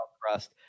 crust